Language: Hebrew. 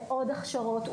לעוד הכשרות,